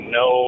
no